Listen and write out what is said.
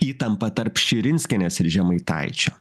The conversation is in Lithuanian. įtampą tarp širinskienės ir žemaitaičio